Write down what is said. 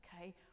okay